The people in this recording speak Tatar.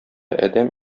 адәм